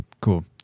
Cool